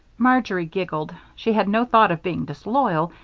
marjory giggled. she had no thought of being disloyal,